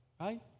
right